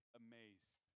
amazed